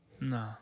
No